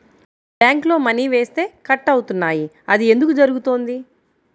బ్యాంక్లో మని వేస్తే కట్ అవుతున్నాయి అది ఎందుకు జరుగుతోంది?